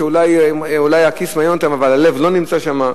שאולי הכיס מעניין אותם אבל הלב לא נמצא שם.